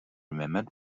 remembered